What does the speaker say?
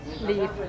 leave